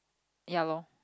ya lor